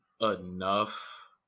enough